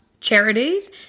charities